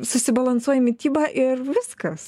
susibalansuoji mityba ir viskas